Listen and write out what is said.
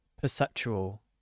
perceptual